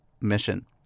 mission